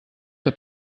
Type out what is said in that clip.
zur